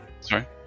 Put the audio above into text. Sorry